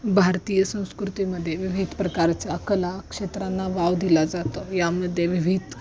भारतीय संस्कृतीमध्ये विविध प्रकारच्या कला क्षेत्रांना वाव दिला जातो यामध्ये विविध